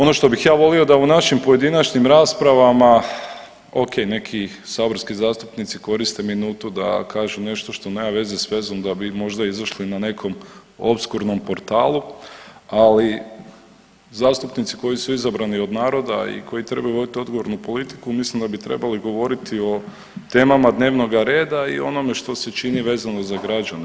Ono što bih ja volio da u našim pojedinačnim raspravama ok, neki saborski zastupnici koriste minutu da kažu nešto što nema veze s vezom da bi možda izašli na nekom opskurnom portalu, ali zastupnici koji su izabrani od naroda i koji trebaju voditi odgovornu politiku mislim da bi trebali govoriti o temama dnevnoga reda i onoga što se čini vezano za građane.